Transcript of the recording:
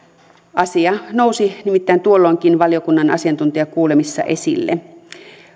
asia nousi nimittäin tuolloinkin valiokunnan asiantuntijakuulemisissa esille